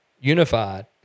unified